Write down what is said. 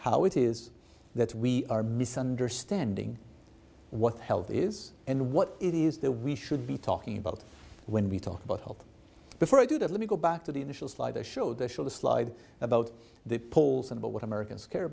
how it is that we are misunderstanding what health is and what it is that we should be talking about when we talk about health before i do that let me go back to the initial slide they showed they show the slide about the polls and but what americans care